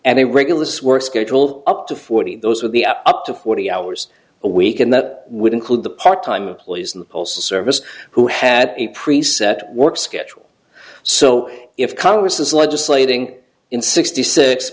a regulus work schedule up to forty those were the up to forty hours a week and that would include the part time employees in the poll service who had a pre set work schedule so if congress is legislating in sixty six